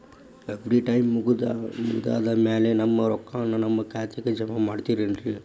FD time ಮುಗಿದಾದ್ ಮ್ಯಾಲೆ ನಮ್ ರೊಕ್ಕಾನ ನಮ್ ಖಾತೆಗೆ ಜಮಾ ಮಾಡ್ತೇರೆನ್ರಿ?